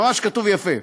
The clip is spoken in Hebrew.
ממש כתוב יפה,